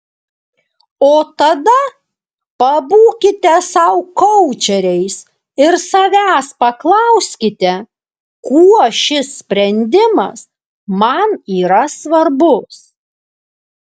o tada pabūkite sau koučeriais ir savęs paklauskite kuo šis sprendimas man yra svarbus